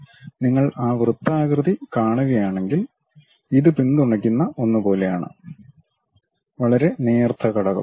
അതിനാൽ നിങ്ങൾ ആ വൃത്താകൃതി കാണുകയാണെങ്കിൽ ഇത് പിന്തുണയ്ക്കുന്ന ഒന്ന് പോലെയാണ് വളരെ നേർത്ത ഘടകം